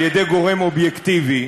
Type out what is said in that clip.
על-ידי גורם אובייקטיבי,